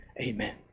Amen